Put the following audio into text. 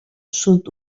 sud